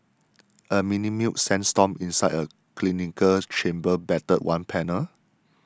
a mini mu sandstorm inside a cylindrical chamber battered one panel